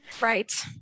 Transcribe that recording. Right